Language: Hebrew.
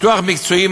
פיתוח מקצועי,